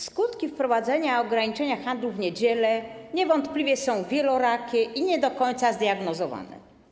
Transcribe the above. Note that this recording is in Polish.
Skutki wprowadzenia ograniczenia handlu w niedziele niewątpliwie są wielorakie i nie do końca zdiagnozowane.